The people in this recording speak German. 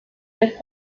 der